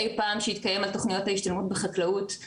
אי פעם שהתקיים על תוכניות ההשתלמות בחקלאות,